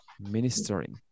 ministering